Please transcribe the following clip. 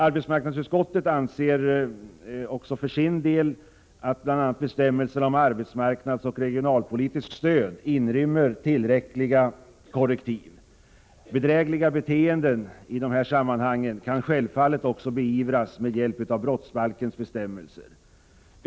Arbetsmarknadsutskottet anser för sin del att bl.a. bestämmelserna om arbetsmarknadsoch regionalpolitiskt stöd inrymmer tillräckliga korrektiv. Bedrägliga beteenden i dessa sammanhang kan självfallet beivras med hjälp 45 av brottsbalkens bestämmelser.